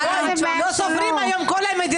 21,661 עד